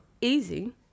easy